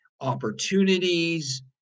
opportunities